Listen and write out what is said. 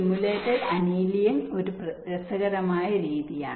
simulated annealing ഒരു രസകരമായ രീതിയാണ്